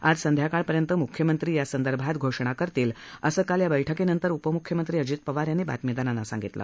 आज संध्याकाळपर्यंत मुख्यमंत्री यासंदर्भात घोषणा करतील असं काल या बैठकीनंतर उपमुख्यमंत्री अजित पवार यांनी बातमीदारांना सांगितलं